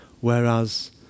Whereas